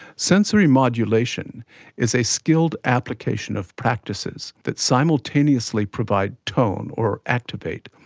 sensory modulation is a skilled application of practices that simultaneously provide tone, or activate,